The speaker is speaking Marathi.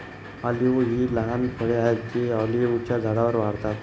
ऑलिव्ह ही लहान फळे आहेत जी ऑलिव्हच्या झाडांवर वाढतात